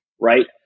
Right